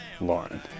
Lauren